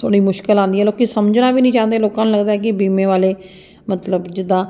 ਥੋੜ੍ਹੀ ਮੁਸ਼ਕਲ ਆਉਂਦੀ ਹੈ ਲੋਕ ਸਮਝਣਾ ਵੀ ਨਹੀਂ ਚਾਹੁੰਦੇ ਲੋਕਾਂ ਨੂੰ ਲੱਗਦਾ ਕਿ ਬੀਮੇ ਵਾਲੇ ਮਤਲਬ ਜਿੱਦਾਂ